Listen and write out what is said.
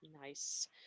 nice